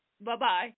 Bye-bye